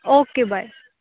okay bye